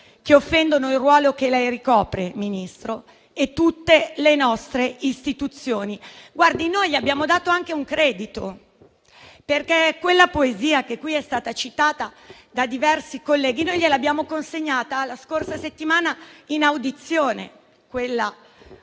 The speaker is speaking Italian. che offendono il ruolo che lei ricopre, Ministro, e tutte le nostre istituzioni. Noi abbiamo dato anche un credito, perché quella poesia che qui è stata citata da diversi colleghi gliel'abbiamo consegnata la scorsa settimana in audizione (alcuni